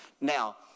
Now